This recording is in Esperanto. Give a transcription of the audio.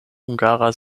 hungara